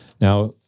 Now